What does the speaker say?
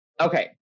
okay